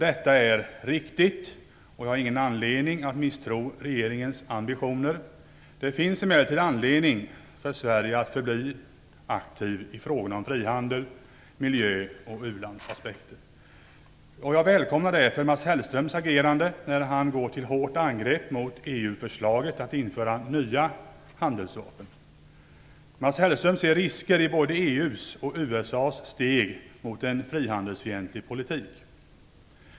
Detta är riktigt. Jag har ingen anledning att misstro regeringens ambitioner. Det finns emellertid anledning för Sverige att förbli aktivt i frågorna om frihandel, miljö och när det gäller u-länderna. Jag välkomnar därför Mats Hellströms agerande när han går till hårt angrepp mot EU-förslaget att införa nya handelsvapen. Mats Hellström ser risker i både EU:s och USA:s steg mot en frihandelsfientlig politik.